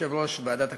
יושב-ראש ועדת הכלכלה.